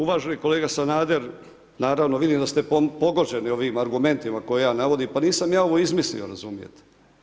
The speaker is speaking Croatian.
Uvaženi kolega Sanader, naravno, vidim da ste pogođeni ovim argumentima, koje ja navodim, pa nisam ja ovo izmislio razumijete.